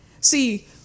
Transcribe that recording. see